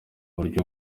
buryo